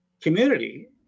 community